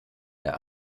der